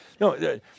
No